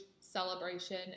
celebration